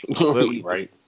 Right